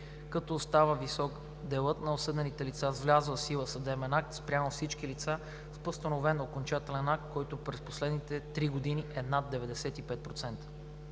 като остава висок делът на осъдените лица с влязъл в сила съдебен акт спрямо всички лица с постановен окончателен акт, който през последните три години е над 95%.